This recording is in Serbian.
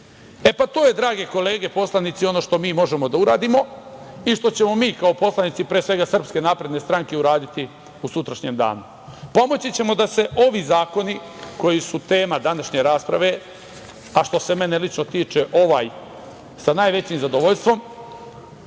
To je, drage kolege poslanici, ono što mi možemo da uradimo i što ćemo mi, kao poslanici pre svega SNS, uraditi u sutrašnjem danu. Pomoći ćemo da se ovi zakoni koji su tema današnje rasprave, a što se mene lično tiče ovaj, sa najvećim zadovoljstvom,